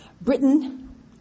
Britain